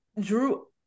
drew